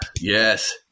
yes